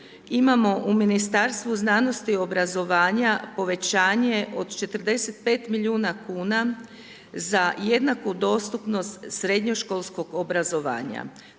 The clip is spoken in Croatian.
imamo u Ministarstvu znanosti i obrazovanja povećanje od 45 milijuna kuna za jednaku dostupnost srednjoškolskog obrazovanja,